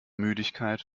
müdigkeit